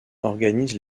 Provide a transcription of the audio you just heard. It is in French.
organise